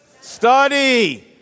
Study